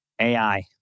AI